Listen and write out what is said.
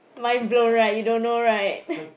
mind blown right you don't know right